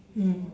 mm